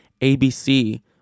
ABC